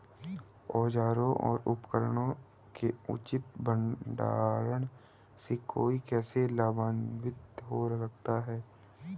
औजारों और उपकरणों के उचित भंडारण से कोई कैसे लाभान्वित हो सकता है?